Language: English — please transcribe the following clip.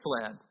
fled